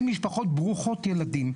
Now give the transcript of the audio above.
הם משפחות ברוכות ילדים.